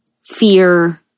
fear